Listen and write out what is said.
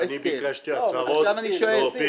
ביקשתי הצהרות באופן עניני.